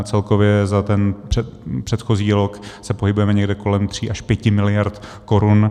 Celkově za ten předchozí rok se pohybujeme někde kolem tří až pěti miliard korun.